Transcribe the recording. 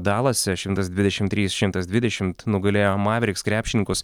dalase šimtas dvidešim trys šimtas dvidešimt nugalėjo mavericks krepšininkus